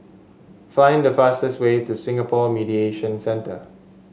find the fastest way to Singapore Mediation Centre